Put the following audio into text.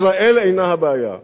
ישראל אינה הבעיה.